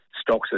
stocks